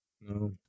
no